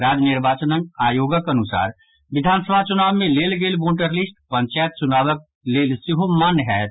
राज्य निर्वाचन आयोगक अनुसार विधानसभा चुनाव मे लेल गेल वोटर लिस्ट पंचायत चुनावक लेल सेहो मान्य होयत